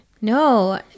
No